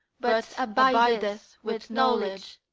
but abideth with knowledge,